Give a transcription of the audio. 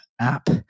app